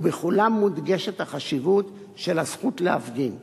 ובכולן מודגשת החשיבות של הזכות להפגין.